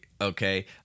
okay